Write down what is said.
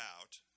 out